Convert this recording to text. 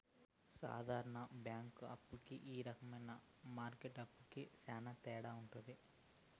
సాధారణ బ్యాంక్ అప్పు కి ఈ రకమైన మార్కెట్ అప్పుకి శ్యాన తేడా ఉంటది